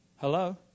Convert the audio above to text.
Hello